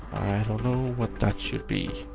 i don't know what that should be.